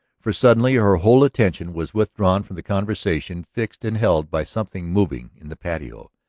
for suddenly her whole attention was withdrawn from the conversation, fixed and held by something moving in the patio.